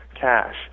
cash